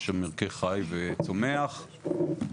יש שם ערכי חי וצומח רבים.